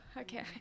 okay